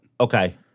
Okay